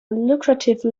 lucrative